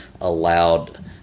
allowed